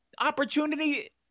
opportunity